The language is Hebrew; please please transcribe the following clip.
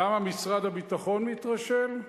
למה משרד הביטחון מתרשל?